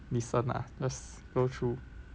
listen ah just go through